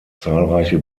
zahlreiche